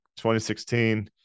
2016